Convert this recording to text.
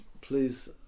please